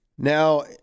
Now